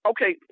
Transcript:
Okay